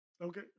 Okay